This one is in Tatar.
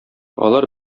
алар